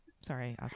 sorry